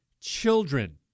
children